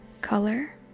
color